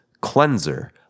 cleanser